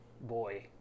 Boy